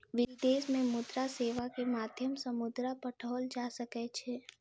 विदेश में मुद्रा सेवा के माध्यम सॅ मुद्रा पठाओल जा सकै छै